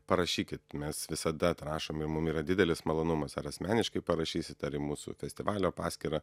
parašykit mes visada atrašom ir mum yra didelis malonumas ar asmeniškai parašysit ar į mūsų festivalio paskyrą